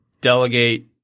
delegate